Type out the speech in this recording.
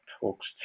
talks